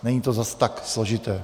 Není to zas tak složité.